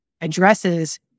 addresses